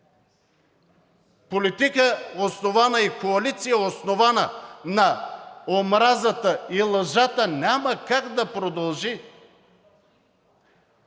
Политика и коалиция, основана на омразата и лъжата, няма как да продължи